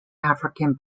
african